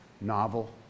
novel